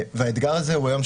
והאתגר הזה הוא היום,